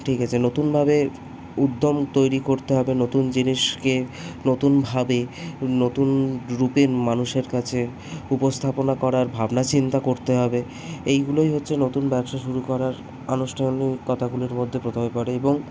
ঠিক আছে নতুনভাবে উদ্যম তৈরি করতে হবে নতুন জিনিসকে নতুনভাবে নতুন রুপে মানুষের কাছে উপস্থাপনা করার ভাবনাচিন্তা করতে হবে এইগুলোই হচ্ছে নতুন ব্যবসা শুরু করার আনুষ্ঠানিকতাগুলির মধ্যে প্রথমে পড়ে এবং